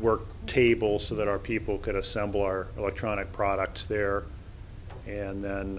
work table so that our people could assemble our electronic products there and then